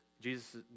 Jesus